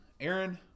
Aaron